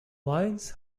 lions